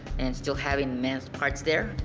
and still having men's parts there.